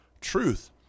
Truth